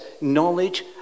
knowledge